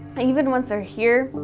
even once they're here,